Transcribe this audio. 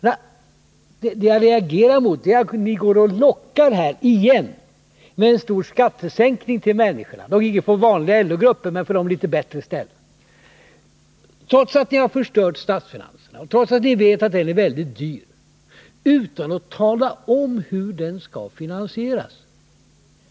Det som jag reagerar mot är att ni återigen lockar med en stor skattesänkning till människorna — dock inte för de vanliga LO-grupperna utan för de litet bättre ställda. Trots att ni förstört statsfinanserna och trots att ni vet att denna skattesänkning blir mycket dyr föreslår ni en sådan, utan att tala om hur den skall betalas.